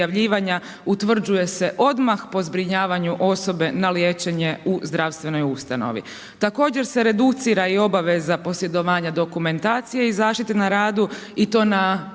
utvrđuje se odmah po zbrinjavanju osobe na liječenje u zdravstvenoj ustanovi. Također se reducira i obaveza posjedovanja dokumentacije i zaštite na radu i to na